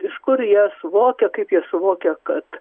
iš kur jie suvokia kaip jie suvokia kad